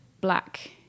black